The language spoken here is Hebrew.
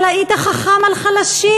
אבל היית חכם על חלשים.